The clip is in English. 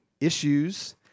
issues